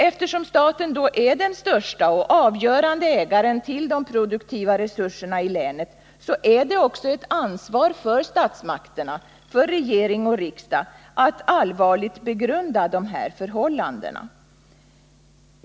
Eftersom staten är den största och avgörande ägaren till de produktiva resurserna i länet är det också ett ansvar för statsmakterna — regering och riksdag — att allvarligt begrunda dessa förhållanden.